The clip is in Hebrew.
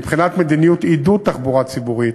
מבחינת מדיניות עידוד תחבורה ציבורית: